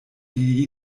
die